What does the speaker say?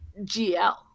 GL